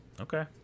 okay